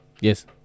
Yes